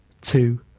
two